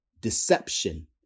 deception